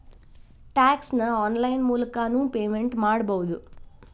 tax ನ online ಮೂಲಕನೂ payment ಮಾಡಬೌದು